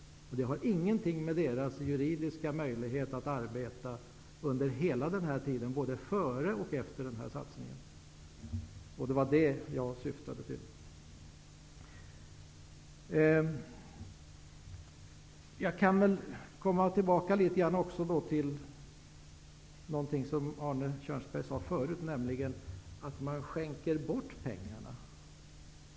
Det har ingenting med deras juridiska möjlighet att arbeta under hela denna tid, varken före eller efter denna satsning. Det var det som jag syftade på. Jag kan också komma tillbaka litet grand till någonting som Arne Kjörnsberg sade förut, nämligen att man skänker bort pengarna.